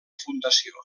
fundació